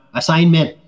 assignment